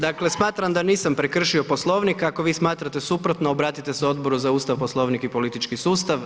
Dakle, smatram da nisam prekršio Poslovnik, ako vi smatrate suprotno obratite se Odboru za Ustav, Poslovnik i politički sustav.